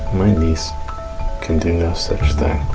my niece can do no such thing